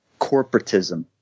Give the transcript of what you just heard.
corporatism